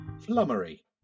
flummery